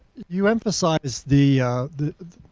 you emphasize the the